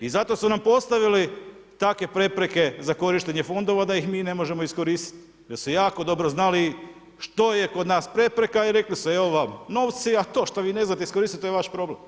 I zato su nam postavili takve prepreke za korištenje fondova da ih mi ne možemo iskoristiti, da su jako dobro znali što je kod nas prepreka i rekli su evo vam novci a to što vi ne znate iskoristiti, to je vaš problem.